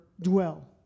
dwell